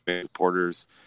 supporters